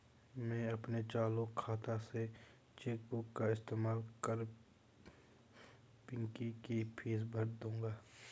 मैं अपने चालू खाता से चेक बुक का इस्तेमाल कर पिंकी की फीस भर दूंगा